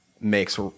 makes